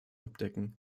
abdecken